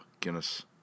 Guinness